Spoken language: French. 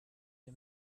des